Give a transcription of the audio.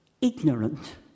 ignorant